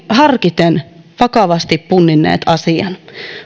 harkiten vakavasti punninneet asian